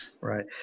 Right